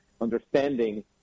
understanding